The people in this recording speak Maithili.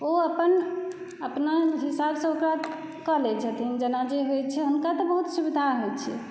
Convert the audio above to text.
ओ अपन अपना हिसाबसँओकरा कऽ लै छथिन जेना जे होइ छै हुनका जे बहुत सुविधा होइ छै